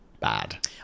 bad